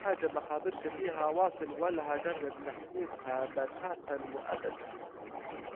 دي حاجة مخبرش فيها واصل ولا هجرب فيها بتاتا وابدا